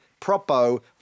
propo